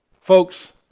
Folks